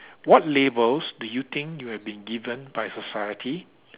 what labels do you think you have been given by society